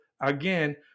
again